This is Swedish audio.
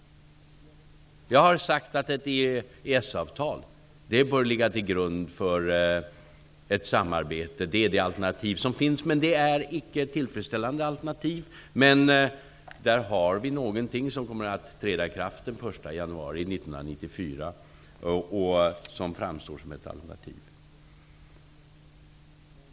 Jag har sagt att ett EES-avtal bör ligga till grund för ett samarbete. Det är det alternativ som finns. Det är icke ett tillfredsställande alternativ, men där har vi något som kommer att träda i kraft den 1 januari 1994 och som framstår som ett alternativ.